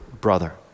brother